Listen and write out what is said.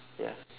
ya